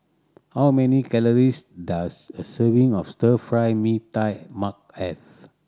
how many calories does a serving of Stir Fried Mee Tai Mak have